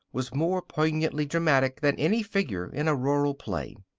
was more poignantly dramatic than any figure in a rural play.